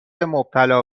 مبتلا